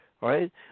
Right